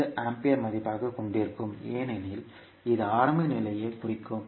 5 ampere மதிப்பாகக் கொண்டிருக்கும் ஏனெனில் இது ஆரம்ப நிலையை குறிக்கும்